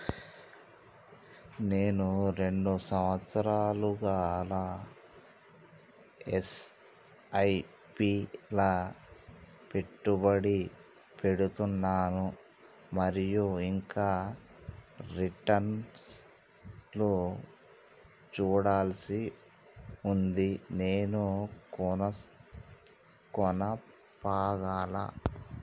నేను రెండు సంవత్సరాలుగా ల ఎస్.ఐ.పి లా పెట్టుబడి పెడుతున్నాను మరియు ఇంకా రిటర్న్ లు చూడాల్సి ఉంది నేను కొనసాగాలా?